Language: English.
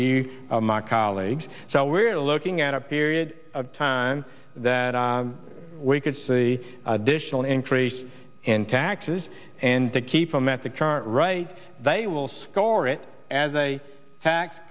view of my colleagues so we're looking at a period of time that we could see the additional increase in taxes and to keep them at the current right they will score it as a